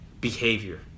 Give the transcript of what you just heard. Behavior